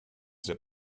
that